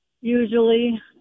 usually